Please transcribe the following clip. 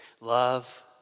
love